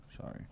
Sorry